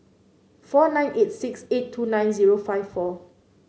four nine eight six eight two nine zero five four